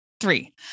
three